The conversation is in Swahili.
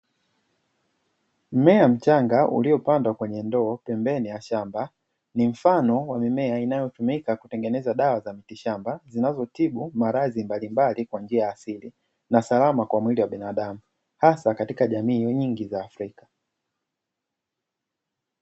Mmea mchanga uliopandwa kwenye ndoo pembeni ya shamba ni mfano wa mimea inayotumika kutengeneza dawa ya mitishamba, zinazotibu maradhi mbalimbali kwa njia ya asili na salama kwa mwili wa binadamu hasa katika jamii nyingi za Afrika.